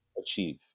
achieve